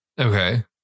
Okay